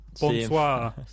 bonsoir